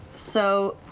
so